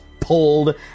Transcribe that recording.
pulled